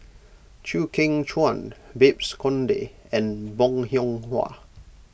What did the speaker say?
Chew Kheng Chuan Babes Conde and Bong Hiong Hwa